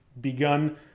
begun